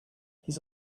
his